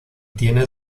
tiene